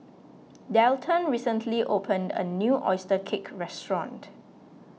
Dalton recently opened a new Oyster Cake restaurant